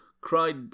cried